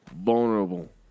vulnerable